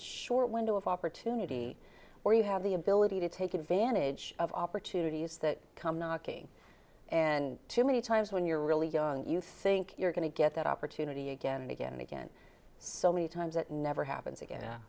short window of opportunity where you have the ability to take advantage of opportunities that come knocking and too many times when you're really young you think you're going to get that opportunity again and again and again so many times it never happens again